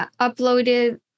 uploaded